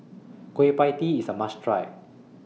Kueh PIE Tee IS A must Try